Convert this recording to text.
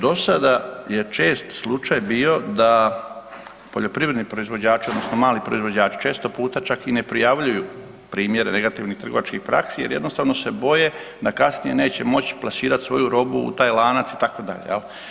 Dosada je čest slučaj bio da poljoprivredni proizvođači odnosno proizvođači često puta čak i ne prijavljuju primjere negativnih trgovačkih praksi jer jednostavno se boje da kasnije neće moći plasirati svoju robu u taj lanac itd., jel.